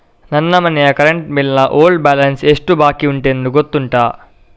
ನನ್ನ ಮನೆಯ current bill ನ ಓಲ್ಡ್ ಬ್ಯಾಲೆನ್ಸ್ ಎಷ್ಟು ಬಾಕಿಯುಂಟೆಂದು ಗೊತ್ತುಂಟ?